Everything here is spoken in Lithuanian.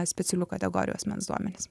specialių kategorijų asmens duomenys